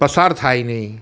પસાર થાય નહીં